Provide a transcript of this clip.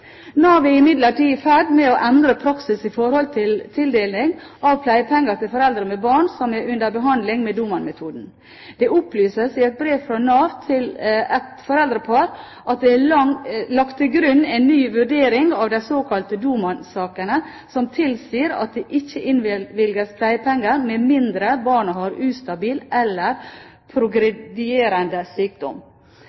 Nav er imidlertid i ferd med å endre praksis for tildeling av pleiepenger til foreldre med barn som er under behandling med Doman-metoden. Det opplyses i et brev fra Nav til et foreldrepar at det er lagt til grunn en ny vurdering av de såkalte Doman-sakene, som tilsier at det ikke innvilges pleiepenger med mindre barnet har ustabil eller